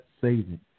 saving